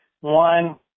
One